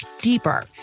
deeper